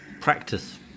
Practice